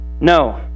No